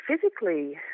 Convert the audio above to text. physically